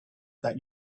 that